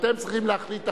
אתם צריכים להחליט עכשיו.